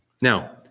Now